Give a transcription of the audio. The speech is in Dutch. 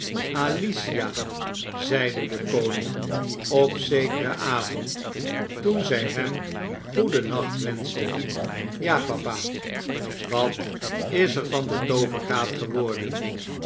alicia zeide de koning op zekeren avond toen zy hem goedennacht wenschte ja papa wat is er van de toovergraat geworden